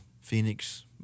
Phoenix